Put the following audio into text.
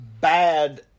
bad